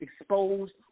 exposed